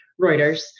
Reuters